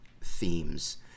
themes